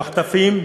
המחטפים,